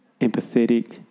Empathetic